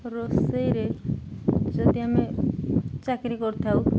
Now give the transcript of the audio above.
ରୋଷେଇରେ ଯଦି ଆମେ ଚାକିରି କରିଥାଉ